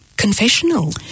confessional